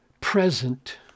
present